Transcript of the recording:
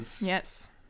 Yes